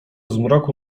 zmroku